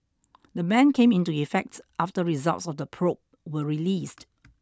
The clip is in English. the ban came into effect after results of the probe were released